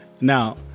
Now